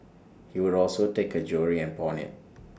he would also take her jewellery and pawn IT